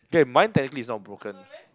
K mine technically is not broken